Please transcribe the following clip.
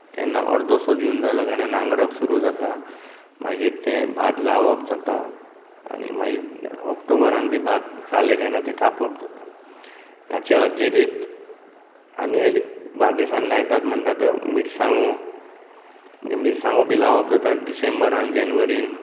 तेन्ना अर्दो सो जून जालो काय ना नांगरप सुरू जाता मागीर तें भात लावप जाता आनी मागीर ऑक्टोबरांत बी तें भात जालें कांय ना तें कापप ताचे अतिरिक्त बार्देजांत लायतात म्हणटात त्यो मिरसांगो मिरसांगो बी लावप जाता डिसेंबरांत जेनवरींत